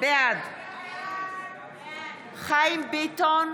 בעד חיים ביטון,